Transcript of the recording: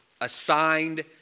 assigned